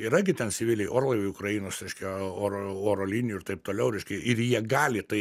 yra gi ten civiliai orlaiviai ukrainos reiškia oro oro linijų ir taip toliau reiškia ir jie gali tai